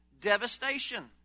devastation